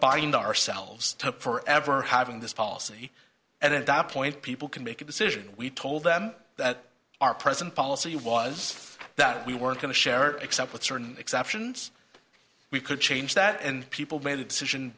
bind ourselves for ever having this policy at that point people can make a decision we told them that our present policy was that we weren't going to share except with certain exceptions we could change that and people made a decision